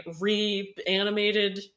reanimated